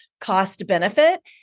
cost-benefit